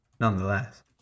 nonetheless